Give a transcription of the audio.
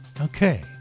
Okay